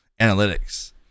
analytics